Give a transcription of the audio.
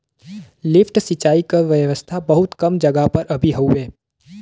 lift सिंचाई क व्यवस्था बहुत कम जगह पर अभी हउवे